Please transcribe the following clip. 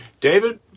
David